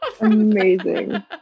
Amazing